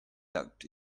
tucked